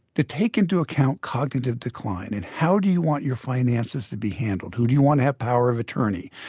to take into account cognitive decline and how do you want your finances to be handled. who do you want to have power of attorney?